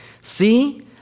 See